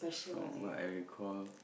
from what I recalled